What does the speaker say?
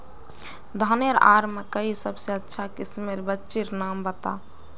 धानेर आर मकई सबसे अच्छा किस्मेर बिच्चिर नाम बता?